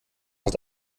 hat